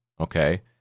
Okay